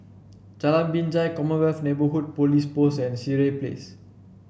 Jalan Binjai Commonwealth Neighbourhood Police Post and Sireh Place